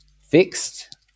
fixed